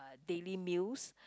daily meals